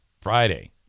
Friday